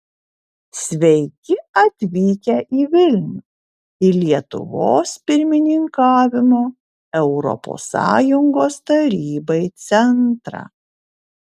sveiki atvykę į vilnių į lietuvos pirmininkavimo europos sąjungos tarybai centrą